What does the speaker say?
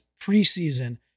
preseason